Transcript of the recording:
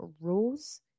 rules